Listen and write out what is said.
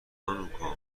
هانوکا